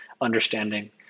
understanding